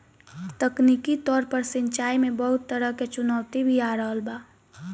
तकनीकी तौर पर सिंचाई में बहुत तरह के चुनौती भी आ रहल बा